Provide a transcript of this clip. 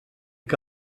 que